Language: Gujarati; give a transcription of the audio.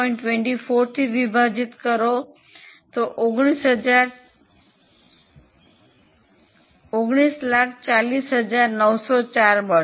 24 થી વિભાજિત કરો તો 1940904 મળશે